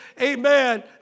Amen